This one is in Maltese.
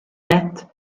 nett